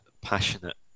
passionate